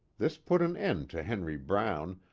this put an end to henry brown,